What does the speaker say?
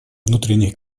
внутренних